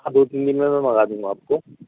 ہاں دو تین دِن میں میں منگا دوں گا آپ کو